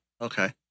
Okay